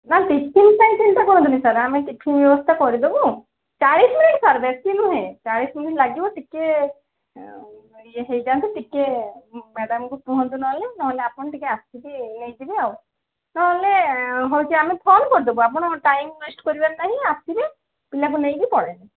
ନାଁ ଟିଫିନ୍ ପାଇଁ ଚିନ୍ତା କରନ୍ତୁନି ସାର୍ ଆମେ ଟିଫିନ୍ ବ୍ୟବସ୍ତା କରିଦେବୁ ଚାଳିଶ ମିନିଟ୍ ସାର୍ ବେଶି ନୁହେଁ ଚାଳିଶ ମିନିଟ୍ ଲାଗିବ ଟିକିଏ ଇଏ ହେଇଯାଆନ୍ତୁ ଟିକିଏ ମାଡ଼ାମ୍ଙ୍କୁ କୁହଁନ୍ତୁ ନହେଲେ ନହେଲେ ଆପଣ ଟିକିଏ ଆସିକି ନେଇଯିବେ ଆଉ ନହେଲେ ହେଉଛି ଆମେ ଫୋନ୍ କରିଦେବୁ ଆପଣ ଟାଇମ୍ ୱେଷ୍ଟ୍ କରିବାର ନାହିଁ ଆସିବେ ପିଲାକୁ ନେଇକି ପଳାଇବେ